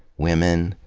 women,